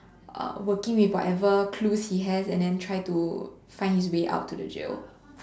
uh working with whatever clues he has and then try to find his way out of the jail